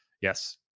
Yes